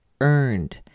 earned